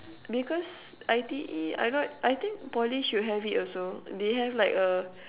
because I_T_E I not I think Poly should have it also they have like a